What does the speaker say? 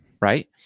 right